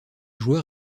joueur